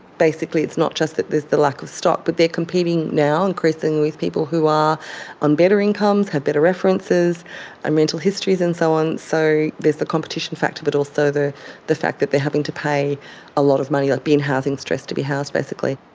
basically it's not just that there's the lack of stock, but they are competing now increasingly with people who are on better incomes, have better references and rental histories and so on, so there is the competition factor but also the the fact that they are having to pay a lot of money, like be in housing stress to be housed basically.